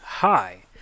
Hi